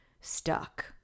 stuck